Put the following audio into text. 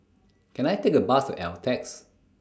Can I Take A Bus to Altez